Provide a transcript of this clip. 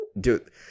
dude